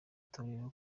torero